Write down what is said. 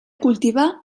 cultivà